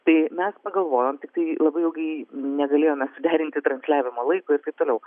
tai mes pagalvojom tiktai labai ilgai negalėjome suderinti transliavimo laiko ir taip toliau